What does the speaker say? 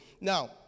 Now